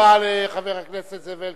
תודה רבה לחבר הכנסת זאב אלקין,